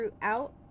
throughout